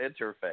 interface